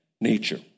nature